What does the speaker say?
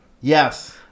Yes